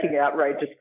outrageous